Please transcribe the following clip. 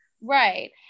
Right